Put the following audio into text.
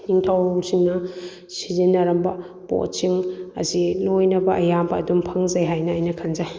ꯅꯤꯡꯊꯧꯔꯣꯜꯁꯤꯡꯅ ꯁꯤꯖꯤꯟꯅꯔꯝꯕ ꯄꯣꯠꯁꯤꯡ ꯑꯁꯤ ꯂꯣꯏꯅꯃꯛ ꯑꯌꯥꯝꯕ ꯑꯗꯨꯝ ꯐꯪꯖꯩ ꯍꯥꯏꯅ ꯑꯩꯅ ꯈꯟꯖꯩ